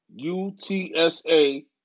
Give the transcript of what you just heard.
UTSA